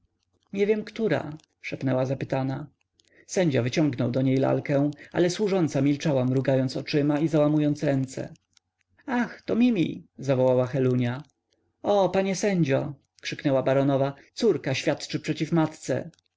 nie wiem która szepnęła zapytana sędzia wyciągnął do niej lalkę ale służąca milczała mrugając oczyma i załamując ręce ach to mimi zawołała helunia o panie sędzio krzyknęła baronowa córka świadczy przeciw matce